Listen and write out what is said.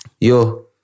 Yo